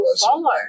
follow